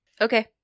Okay